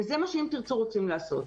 זה מה ש"אם תרצו" רוצים לעשות.